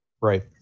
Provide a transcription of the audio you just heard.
Right